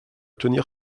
tenir